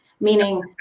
Meaning